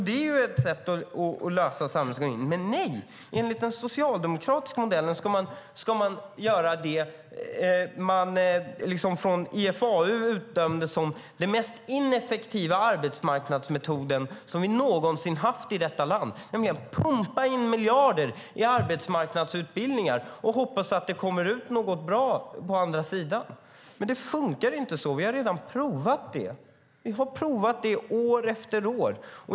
Det är ett sätt att lösa problemen, men nej, enligt den socialdemokratiska modellen ska man göra det som IFAU utdömde som den mest ineffektiva arbetsmarknadsmetoden som vi någonsin haft i detta land, nämligen pumpa in miljarder i arbetsmarknadsutbildningar och hoppas att det kommer ut något bra på andra sidan. Men det fungerar inte så. Vi har redan provat det år efter år.